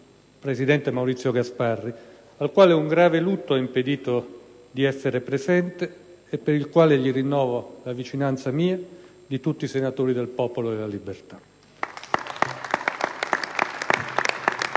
presidente Maurizio Gasparri, al quale un grave lutto ha impedito di essere presente e per il quale gli rinnovo la vicinanza mia e di tutti i senatori del Popolo della Libertà